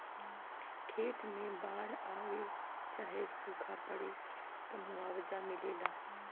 खेत मे बाड़ आवे चाहे सूखा पड़े, त मुआवजा मिलेला